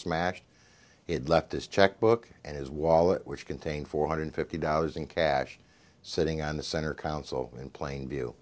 smashed it left his checkbook and his wallet which contained four hundred fifty dollars in cash sitting on the center console in plain view